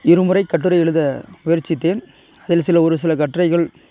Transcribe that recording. இருமுறை கட்டுரை எழுத முயற்சித்தேன் அதில் சில ஒரு சில கட்டுரைகள்